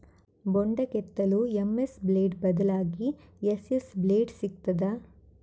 ಬೊಂಡ ಕೆತ್ತಲು MS blade ಬದ್ಲಾಗಿ ಎಸ್.ಎಸ್ ಬ್ಲೇಡ್ ಸಿಕ್ತಾದ?